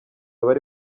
bari